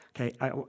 okay